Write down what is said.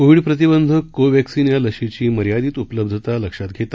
Covid प्रतिबंधक कोव्हॅक्सीन या लशीची मर्यादित उपलब्धता लक्षात घेता